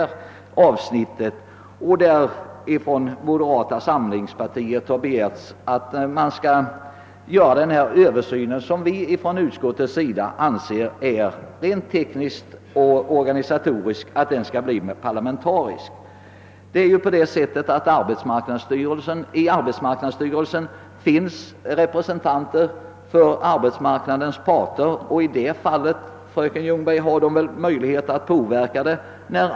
I reservationen 1 har emellertid moderata samlingspartiet begärt en översyn genom en parlamentarisk utredning, eller, som de uttrycker det, genom »särskilt tillkallade sakkunniga bland vilka bör ingå repreésentanter för de politiska partierna och arbetsmarknadens parter». I arbetsmarknadsstyrelsen sitter emellertid representanter för arbetsmarknadens parter, och där finns sålunda möjligheter för dem att påverka frågan, fröken Ljungberg.